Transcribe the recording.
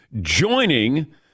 joining